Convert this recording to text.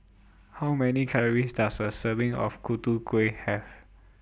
How Many Calories Does A Serving of Kueh Have